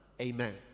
Amen